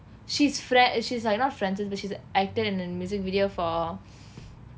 she's frien~ she's like not friends with but she's acted in an music video for